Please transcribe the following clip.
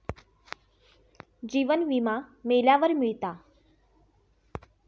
जीवन विमा मेल्यावर मिळता